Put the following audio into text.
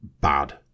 bad